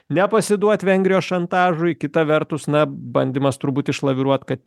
nepasiduot vengrijos šantažui kita vertus na bandymas turbūt išlaviruot kad